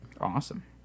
Awesome